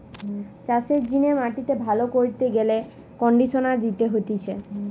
চাষের জিনে মাটিকে ভালো কইরতে গেলে কন্ডিশনার দিতে হতিছে